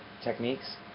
Techniques